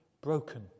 broken